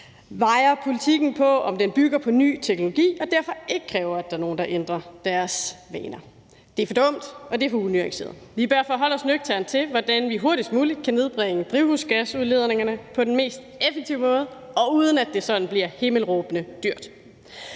vejer politikken på, om den bygger på ny teknologi og derfor ikke kræver, at der er nogen, der ændrer deres vaner. Det er for dumt, og det er for unuanceret. Vi bør forholde os nøgternt til, hvordan vi hurtigst muligt kan nedbringe drivhusgasudledningerne på den mest effektive måde, og uden at det sådan bliver himmelråbende dyrt.